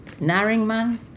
Naringman